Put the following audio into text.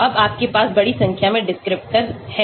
अब आपके पास बड़ी संख्या में डिस्क्रिप्टर हैं